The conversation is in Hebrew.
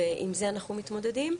ועם זה אנחנו מתמודדים,